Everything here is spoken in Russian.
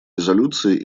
резолюции